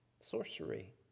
sorcery